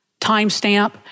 timestamp